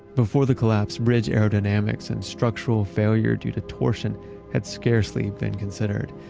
before the collapse, bridge aerodynamics and structural failure due to torsion had scarcely been considered.